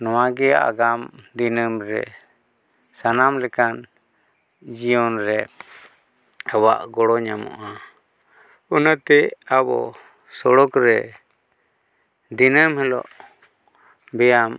ᱱᱚᱣᱟ ᱜᱮ ᱟᱜᱟᱢ ᱫᱤᱱᱟᱹᱢ ᱨᱮ ᱥᱟᱱᱟᱢ ᱞᱮᱠᱟᱱ ᱡᱤᱭᱚᱱ ᱨᱮ ᱟᱵᱚᱣᱟᱜ ᱜᱚᱲᱚ ᱧᱟᱢᱚᱜᱼᱟ ᱚᱱᱟᱛᱮ ᱟᱵᱚ ᱥᱚᱲᱚᱠ ᱨᱮ ᱫᱤᱱᱟᱹᱢ ᱦᱤᱞᱳᱜ ᱵᱮᱭᱟᱢ